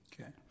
Okay